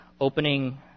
opening